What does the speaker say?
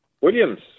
Williams